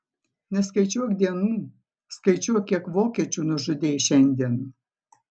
neskaičiuok dienų skaičiuok kiek vokiečių nužudei šiandien